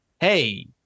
Hey